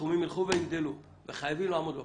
הסכומים ילכו ויגדלו וחייבים לעמוד בפרץ.